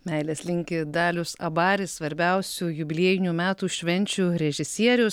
meilės linki dalius abaris svarbiausių jubiliejinių metų švenčių režisierius